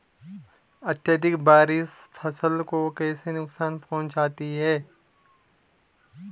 अत्यधिक बारिश फसल को कैसे नुकसान पहुंचाती है?